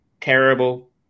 terrible